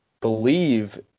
believe